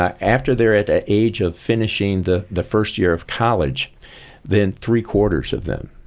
ah after they're at an age of finishing the the first year of college then three-quarters of them.